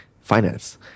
Finance